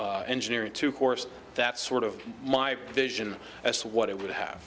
engineering to course that sort of my vision that's what it would have